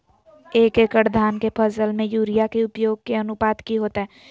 एक एकड़ धान के फसल में यूरिया के उपयोग के अनुपात की होतय?